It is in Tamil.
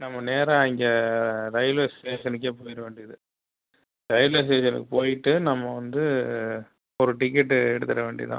நம்ம நேராக இங்கே ரயில்வே ஸ்டேஷனுக்கே போயிடுற வேண்டியது ரயில்வே ஸ்டேஷனுக்கு போய்விட்டு நம்ம வந்து ஒரு டிக்கெட் எடுத்துடுற வேண்டியது தான்